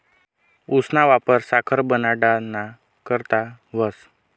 ऊसना वापर साखर बनाडाना करता व्हस